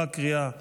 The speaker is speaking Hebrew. בקריאה הראשונה.